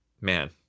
man